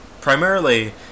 primarily